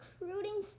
recruiting